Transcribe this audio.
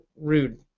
rude